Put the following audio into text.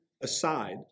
aside